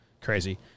crazy